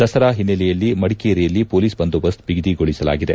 ದಸರಾ ಹಿನ್ನೆಲೆಯಲ್ಲಿ ಮಡಿಕೇರಿಯಲ್ಲಿ ಮೊಲೀಸ್ ಬಂದೋಬಸ್ತ್ ಬಿಗಿಗೊಳಿಸಲಾಗಿದೆ